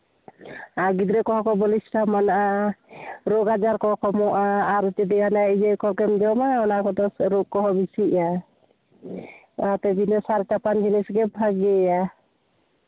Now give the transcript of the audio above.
ᱟᱨ ᱜᱤᱫᱽᱨᱟᱹ ᱠᱚᱦᱚᱸ ᱠᱚ ᱵᱚᱞᱤᱥᱴᱚ ᱢᱟᱱᱟᱜᱼᱟ ᱨᱳᱜᱽ ᱟᱡᱟᱨ ᱠᱚ ᱠᱚᱢᱚᱜᱼᱟ ᱟᱨ ᱡᱩᱫᱤ ᱤᱭᱟᱹ ᱠᱚᱜᱮᱢ ᱡᱚᱢᱟ ᱚᱱᱟ ᱠᱚᱫᱚ ᱨᱳᱜᱽ ᱠᱚ ᱵᱮᱥᱤᱜᱼᱟ ᱚᱱᱟᱛᱮ ᱵᱤᱱᱟᱹ ᱥᱟᱨ ᱪᱟᱯᱟᱱ ᱡᱤᱱᱤᱥᱜᱮ ᱵᱷᱟᱹᱜᱤᱭᱟ